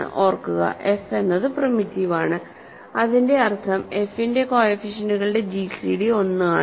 ഓർക്കുക f എന്നത് primitive ആണ്അതിന്റെ അർത്ഥം f ന്റെ കോഎഫിഷ്യന്റ്കളുടെ gcd 1 ആണ്